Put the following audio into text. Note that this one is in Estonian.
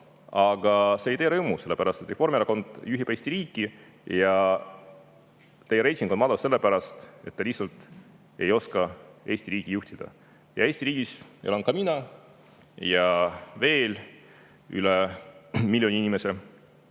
aga see ei tee rõõmu, sellepärast et Reformierakond juhib Eesti riiki. Teie reiting on madal sellepärast, et te lihtsalt ei oska Eesti riiki juhtida. Ja Eesti riigis elan ka mina ja veel üle miljoni inimese,